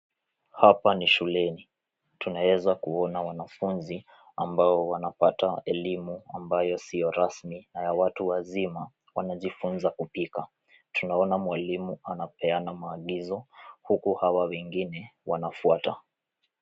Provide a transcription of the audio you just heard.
Hapa ni shuleni. Tunaweza kuona wanafunzi ambao wanapata elimu ambayo siyo rasmi na niya watu wazima. Wanajifunza kupika. Tunaona mwalimu anapeana maagizo huku hawa wengine wanafuata.